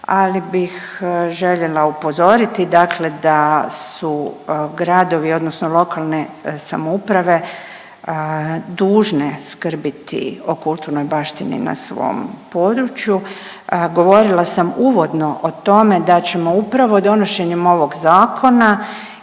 ali bih željela upozoriti dakle da su gradovi odnosno lokalne samouprave dužne skrbiti o kulturnoj baštini na svom području. Govorila sam uvodno o tome da ćemo upravo donošenjem ovog zakona